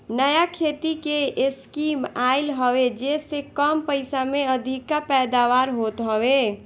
नया खेती के स्कीम आइल हवे जेसे कम पइसा में अधिका पैदावार होत हवे